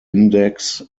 index